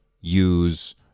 use